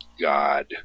God